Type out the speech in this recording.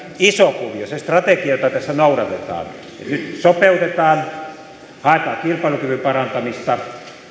iso kuvio se strategia jota tässä noudatetaan sopeutetaan haetaan kilpailukyvyn parantamista